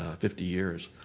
ah fifty years,